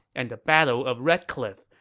and the battle of red cliff,